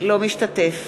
אינו משתתף